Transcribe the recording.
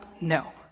No